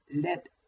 let